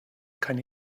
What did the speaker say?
keine